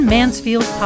Mansfield